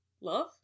Love